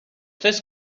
this